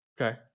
okay